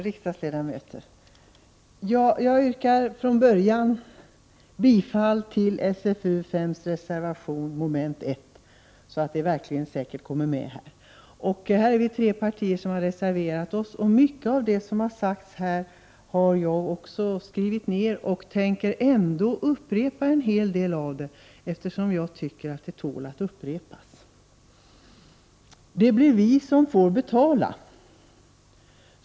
Herr talman! Jag börjar med att yrka bifall till reservationen under mom. 1 i SfU 5. Vi har reserverat oss från tre partier. Mycket av det som nu sagts har jag också skrivit ned, och jag skall upprepa en hel del, eftersom det tål att upprepas. ”Det blir vi som får betala.